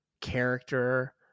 character